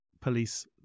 police